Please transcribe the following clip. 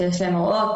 שיש להם הוראות.